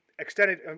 extended